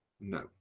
No